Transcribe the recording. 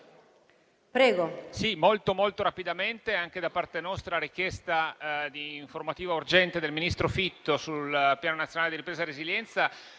Prego